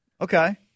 Okay